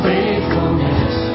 Faithfulness